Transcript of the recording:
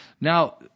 Now